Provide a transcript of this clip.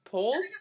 Poles